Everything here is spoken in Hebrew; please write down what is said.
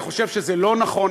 אני חושב שזה לא נכון,